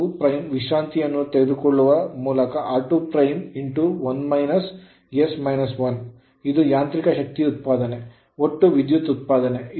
r2' ವಿಶ್ರಾಂತಿಯನ್ನು ತೆಗೆದುಕೊಳ್ಳುವ ಮೂಲಕ r2' 1s 1 ಇದು ಯಾಂತ್ರಿಕ ಶಕ್ತಿ ಉತ್ಪಾದನೆ ಒಟ್ಟು ವಿದ್ಯುತ್ ಉತ್ಪಾದನೆ